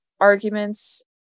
arguments